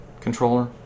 controller